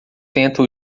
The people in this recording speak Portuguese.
tenta